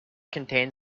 contain